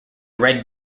red